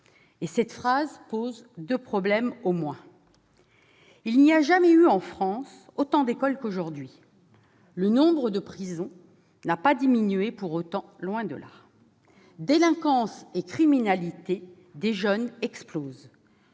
et cette phrase pose deux problèmes au moins : il n'y a jamais eu en France autant d'écoles qu'aujourd'hui, et, pourtant, le nombre de prisons n'a pas diminué pour autant, loin de là ; délinquance et criminalité des jeunes explosent